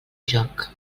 joc